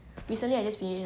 I love it eh